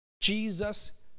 Jesus